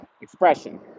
expression